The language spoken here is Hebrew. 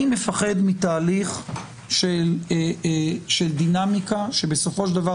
אני מפחד מתהליך של דינמיקה שבסופו של דבר